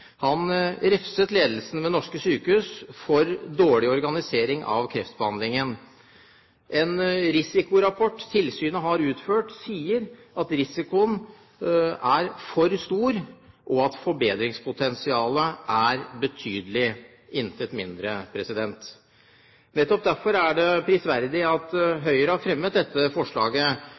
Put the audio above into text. Han refset ledelsen ved norske sykehus for dårlig organisering av kreftbehandlingen. En risikorapport tilsynet har utført, sier at risikoen er for stor, og at forbedringspotensialet er «betydelig» – intet mindre. Derfor er det prisverdig at Høyre har fremmet dette forslaget.